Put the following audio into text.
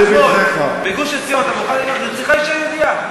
פה אישה יהודייה,